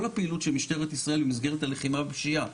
הפעילות של משטרת ישראל במסגרת הלחימה בפשיעה.